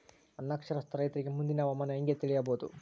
ಅನಕ್ಷರಸ್ಥ ರೈತರಿಗೆ ಮುಂದಿನ ಹವಾಮಾನ ಹೆಂಗೆ ತಿಳಿಯಬಹುದು?